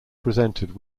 presented